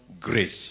grace